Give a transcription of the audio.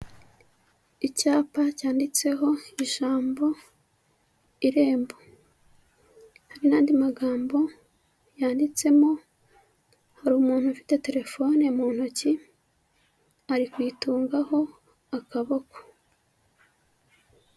Icyapa cyanditseho ijambo irembo n'andi magambo yanditsemo hari umuntu ufite telefone mu ntoki ari kuyitungaho akaboko.